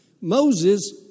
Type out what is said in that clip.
Moses